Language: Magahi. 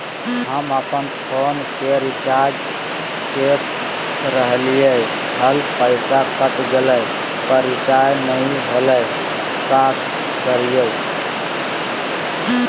हम अपन फोन के रिचार्ज के रहलिय हल, पैसा कट गेलई, पर रिचार्ज नई होलई, का करियई?